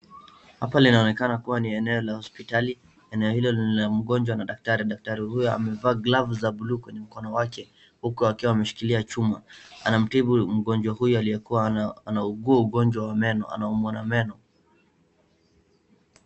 Hapa linaonekana kuwa ni eneo la hospitali. Eneo hiolo lina mgonjwa na daktari. Daktari huyo amevaa glavu za bluu kwenye mkono wake huku akiwa ameshikilia chuma. Anamtibu mgonjwa huyo aliyekuwa anauugua ugonjwa wa meno, anaumwa na meno.